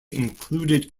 included